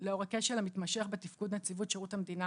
אני שמחה ממש שאת פותחת את זה,